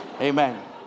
Amen